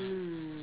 mm